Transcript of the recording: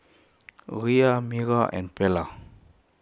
Rhea Mira and Perla